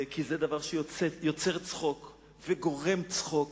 כי זה דבר שיוצר צחוק או גורם צחוק.